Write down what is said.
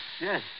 yes